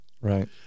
Right